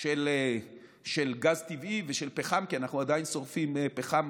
של גז טבעי ושל פחם, כי אנחנו עדיין שורפים פחם,